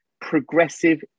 progressive